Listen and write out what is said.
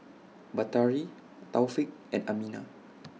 Batari Taufik and Aminah